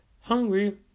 Hungry